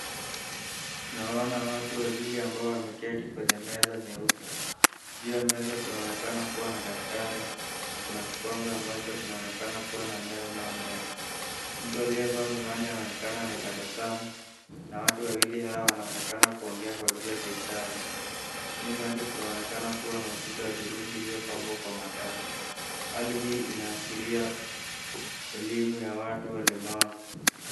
Naona watu wawili ambao wameketi kwenye meza nyeupe. Juu ya meza kunaonekana kuwa na daftari na kuna kikombe ambacho kunaonekana kuwa na mmea unaomea. Mtu aliyevaa miwani anaonekana ametabasamu na watu wawili hao wanaonekana kuongea kwa lugha za ishara. Nyuma yake kunaonekana kuwa na ukuta wa hudhurungi uliopambwa kwa mataa. Hali hii inaashiria elimu ya watu walemavu.